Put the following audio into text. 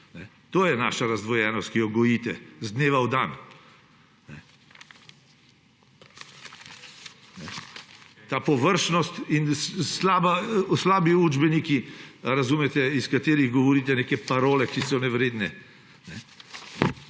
To je naša razdvojenost, ki jo gojite iz dneva v dan. Ta površnost in slabi učbeniki, iz katerih govorite neke parole, ki so nevredne.